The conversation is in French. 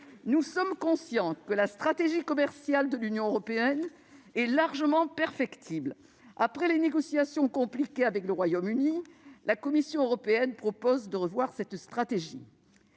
Nous sommes conscients que la stratégie commerciale de l'Union européenne est largement perfectible. Après les négociations compliquées avec le Royaume-Uni, la Commission européenne propose de revoir cette stratégie.